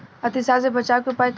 अतिसार से बचाव के उपाय का होला?